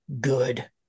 good